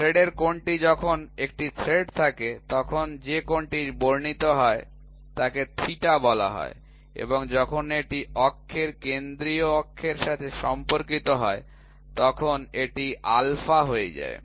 থ্রেডের কোণটি যখন একটি থ্রেড থাকে তখন যে কোণটি বর্নিত হয় তাকে থিটা বলা হয় এবং যখন এটি অক্ষের কেন্দ্রীয় অক্ষের সাথে সম্পর্কিত হয় তখন এটি আলফা হয়ে যায়